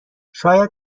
شاید